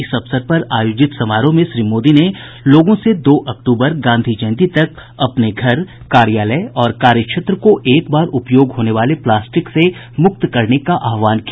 इस अवसर पर आयोजित समारोह में श्री मोदी ने लोगों से दो अक्टूबर गांधी जयंती तक अपने घर कार्यालय और कार्य क्षेत्र को एक बार उपयोग होने वाले प्लास्टिक से मुक्त करने का आहवान किया